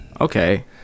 Okay